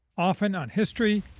often on history,